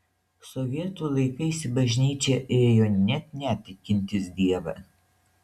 sovietų laikais į bažnyčią ėjo net netikintys dievą